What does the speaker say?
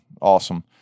awesome